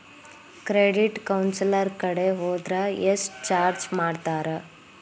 Credit counsellor ಕಡೆ ಹೊದ್ರ ಯೆಷ್ಟ್ ಚಾರ್ಜ್ ಮಾಡ್ತಾರ?